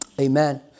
amen